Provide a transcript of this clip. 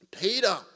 Peter